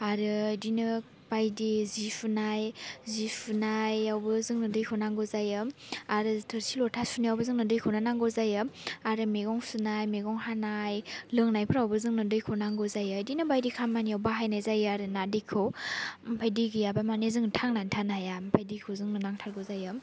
आरो इदिनो बायदि जि सुनाय जि सुनायावबो जोंनो दैखौ नांगौ जायो आरो थोरसि लथा सुनायावबो जोंनो दैखौनो नांगौ जायो आरो मेगं सुनाय मेगं हानाय लोंनायफ्रावबो जोंनो दैखौ नांगौ जायो इदिनो बायदि खामानियाव बाहायनाय जायो आरो ना दैखौ ओमफाय दै गैयाबा माने जों थांनानै थानो हाया ओमफाय दैखौ जोंनो नांथारगौ जायो